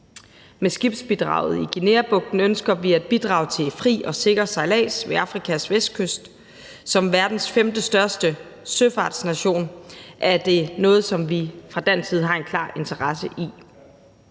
Med skibsbidraget i Guineabugten ønsker vi at bidrage til fri og sikker sejlads ved Afrikas vestkyst. Som verdens femtestørste søfartsnation er det noget, som vi fra dansk side har en klar interesse i.